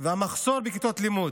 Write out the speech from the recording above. והמחסור בכיתות לימוד.